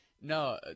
no